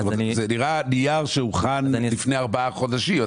זה נראה נייר שהוכן לפני ארבעה חודשים.